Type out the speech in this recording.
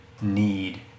need